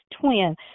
twin